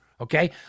okay